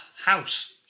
house